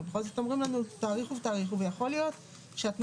אבל בכל זאת אומרים לנו תאריכו תאריכו ויכול להיות שהתנאים,